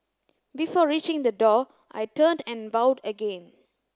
before reaching the door I turned and bowed again